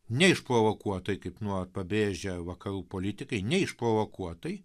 neišprovokuotai kaip nuolat pabrėžia vakarų politikai neišprovokuotai